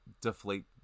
deflate